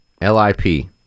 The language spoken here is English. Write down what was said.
L-I-P